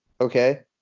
okay